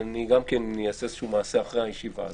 אני גם אעשה איזשהו מעשה אחרי הישיבה הזאת,